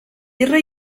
tierra